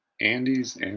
Andy's